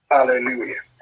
Hallelujah